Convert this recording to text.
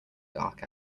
dark